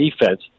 defense